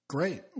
Great